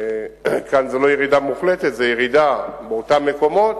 כאן זה לא ירידה מוחלטת, זה ירידה באותם מקומות,